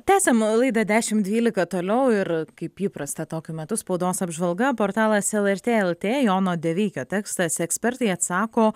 tęsiam laidą dešimt dvylika toliau ir kaip įprasta tokiu metu spaudos apžvalga portalas lrt lt jono deveikio tekstas ekspertai atsako